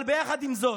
אבל יחד עם זאת,